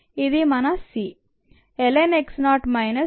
ఇది మన c